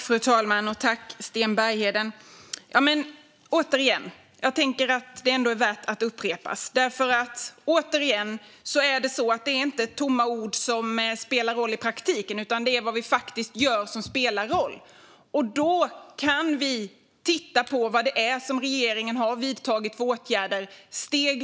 Fru talman! Sten Bergheden! Återigen - det är ändå värt att upprepa - det är inte tomma ord som spelar roll i praktiken utan vad vi faktiskt gör. Vi kan titta på vilka åtgärder regeringen har vidtagit steg för steg.